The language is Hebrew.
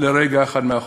לרגע אחד מאחור.